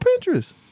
Pinterest